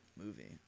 movie